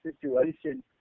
situation